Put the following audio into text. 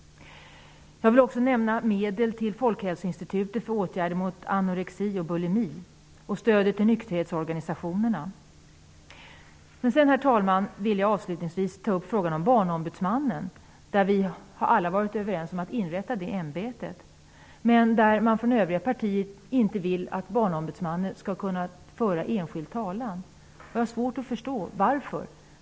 Jag vill nämna medel till Folkhälsoinstitutet för åtgärder mot anorexi och bulimi samt stödet till nykterhetsorganisationerna. Herr talman! Jag vill avslutningsvis ta upp frågan om Barnombudsmannen. Vi har alla varit överens om att inrätta det ämbetet. Men man vill inte från övriga partier att Barnombudsmannen skall kunna föra enskild talan. Jag har svårt att förstå varför.